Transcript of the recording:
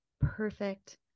perfect